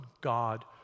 God